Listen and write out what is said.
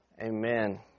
Amen